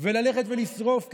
וללכת ולשרוף כיתות,